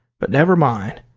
but never mind,